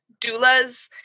doulas